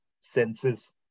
senses